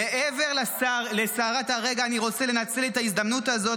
מעבר לסערת הרגע אני רוצה לנצל את ההזדמנות הזאת